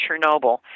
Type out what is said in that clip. Chernobyl